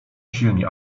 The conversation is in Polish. silni